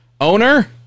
owner